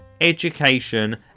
education